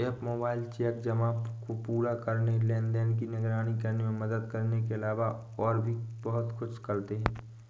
app mobile cheque जमा को पूरा करने, लेनदेन की निगरानी करने में मदद करने के अलावा और भी बहुत कुछ करते हैं